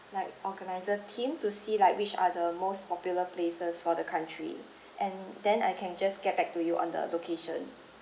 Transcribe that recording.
like organiser team to see like which are the most popular places for the country and then I can just get back to you on the location